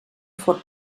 forn